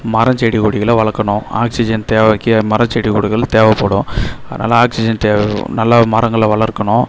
மரம் செடி கொடிகளை வளக்கணும் ஆக்சிஜன் தேவைக்கு மரம் செடி கொடிகள் தேவைப்படும் அதனால் ஆக்சிஜன் தே நல்லா மரங்களை வளர்க்கணும்